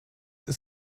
ist